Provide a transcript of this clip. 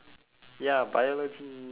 ya biology